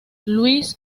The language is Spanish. luis